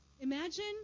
Imagine